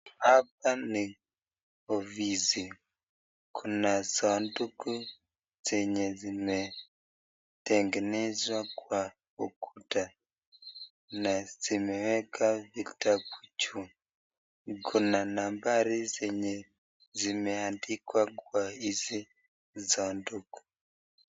Hapa ni ofisi, kuna sanduku zenye zimetengenezwa kwa ukuta na zimeweka vitabu juu. Kuna nambari zenye zimeandikwa kwa hizi sanduku.